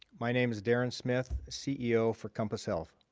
my name is darren smith, ceo for compass health.